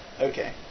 Okay